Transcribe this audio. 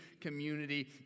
community